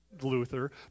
Luther